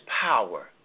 power